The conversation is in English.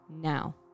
now